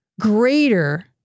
greater